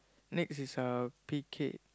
next is uh pique